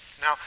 Now